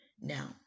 Now